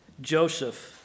Joseph